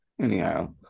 Anyhow